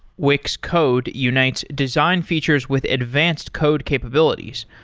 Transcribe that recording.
wix code unites design features with advanced code capabilities,